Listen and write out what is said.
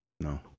No